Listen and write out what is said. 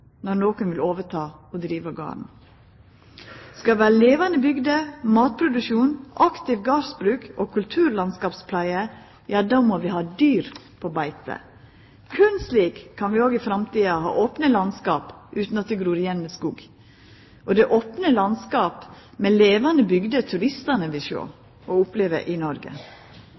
når nokon vil overta og driva han. Skal vi ha levande bygder, matproduksjon, aktive gardsbruk og kulturlandskapspleie, må vi ha dyr på beite. Berre slik kan vi òg i framtida ha opne landskap utan at det gror igjen med skog. Det er opne landskap med levande bygder turistane vil sjå og oppleva i Noreg.